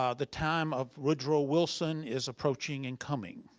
ah the time of woodrow wilson is approaching and coming.